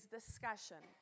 discussion